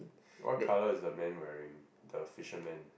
what color is the man wearing the fisherman